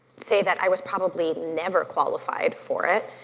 say that i was probably never qualified for it,